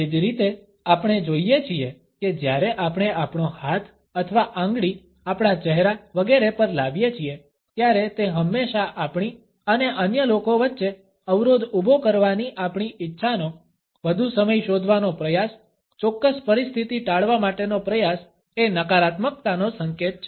એ જ રીતે આપણે જોઇએ છીએ કે જ્યારે આપણે આપણો હાથ અથવા આંગળી આપણા ચહેરા વગેરે પર લાવીએ છીએ ત્યારે તે હંમેશા આપણી અને અન્ય લોકો વચ્ચે અવરોધ ઊભો કરવાની આપણી ઇચ્છાનો વધુ સમય શોધવાનો પ્રયાસ ચોક્કસ પરિસ્થિતિ ટાળવા માટેનો પ્રયાસ એ નકારાત્મકતાનો સંકેત છે